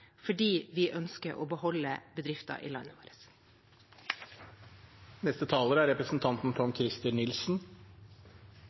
fordi vi ønsker å beholde bedrifter i landet vårt.